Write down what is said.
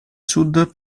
sud